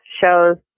shows